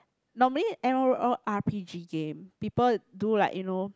normally m_o_R_P_G game people do like you know